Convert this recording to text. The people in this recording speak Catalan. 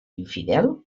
infidel